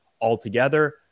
altogether